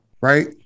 right